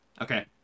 Okay